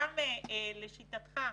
גם לשיטתך,